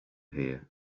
here